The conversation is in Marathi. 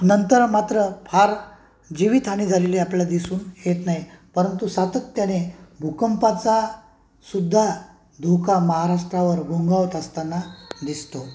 नंतर मात्र फार जीवितहानी झालेली आपल्याला दिसून येत नाही परंतु सातत्याने भूकंपाचा सुद्धा धोका महाराष्ट्रावर घोंघावत असताना दिसतो